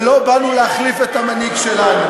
ולא באנו להחליף את המנהיג שלנו.